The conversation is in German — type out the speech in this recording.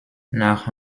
nach